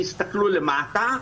תסתכלו למטה,